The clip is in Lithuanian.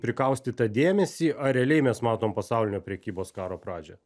prikaustytą dėmesį ar realiai mes matom pasaulinio prekybos karo pradžią